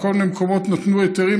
בכל מיני מקומות נתנו היתרים.